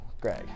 Greg